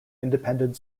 independent